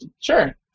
Sure